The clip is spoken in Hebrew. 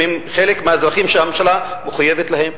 אם הם חלק מהאזרחים שהממשלה מחויבת להם,